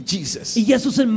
Jesus